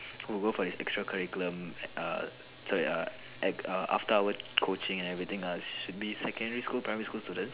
who go for this extra curriculum err sorry err after hour coaching and everything err should be secondary school primary school students